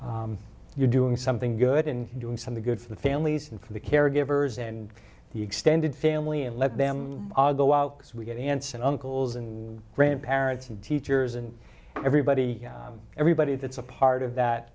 you're doing something good and doing something good for the families and for the caregivers and the extended family and let them go out as we get aunts and uncles and grandparents and teachers and everybody everybody that's a part of that